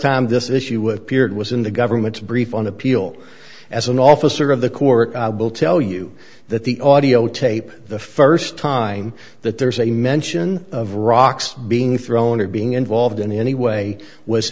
time this issue with beard was in the government's brief on appeal as an officer of the court i will tell you that the audiotape the first time that there's any mention of rocks being thrown or being involved in any way was